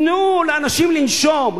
תנו לאנשים לנשום.